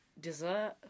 dessert